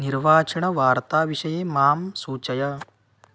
निर्वाचनवार्ताविषये माम् सूचय